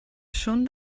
són